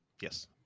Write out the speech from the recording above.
Yes